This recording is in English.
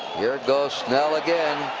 here goes snell again.